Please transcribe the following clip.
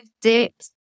dips